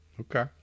Okay